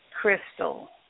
crystal